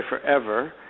forever